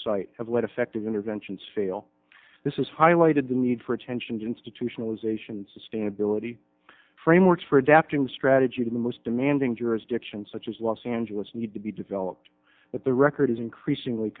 have led effective interventions fail this is highlighted the need for attention to institutionalization sustainability frameworks for adapting strategy to the most demanding jurisdiction such as los angeles need to be developed at the record is increasingly